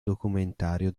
documentario